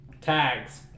Tags